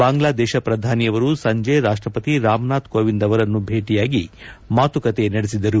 ಬಾಂಗ್ಲಾದೇಶ ಪ್ರಧಾನಿಯವರು ಸಂಜೆ ರಾಷ್ಟಪತಿ ರಾಮನಾಥ್ ಕೋವಿಂದ್ ಅವರನ್ನೂ ಭೇಟಿಯಾಗಿ ಮಾತುಕತೆ ನಡೆಸಿದರು